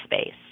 space